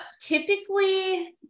Typically